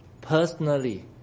personally